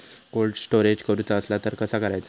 Cold storage करूचा असला तर कसा करायचा?